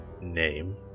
Name